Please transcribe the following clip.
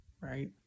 right